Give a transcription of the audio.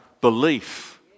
belief